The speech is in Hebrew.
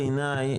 בעיניי,